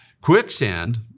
quicksand